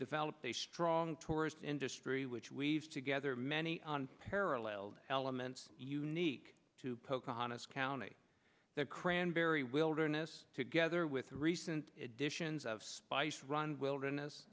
developed a strong tourist industry which weaves together many paralleled elements unique to pocahontas county the cranberry wilderness together with the recent additions of spice run wilderness